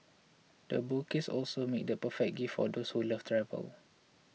the bouquets also make the perfect gifts for those who love travel